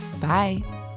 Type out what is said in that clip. Bye